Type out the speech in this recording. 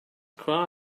cry